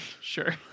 Sure